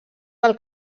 del